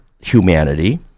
humanity